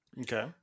Okay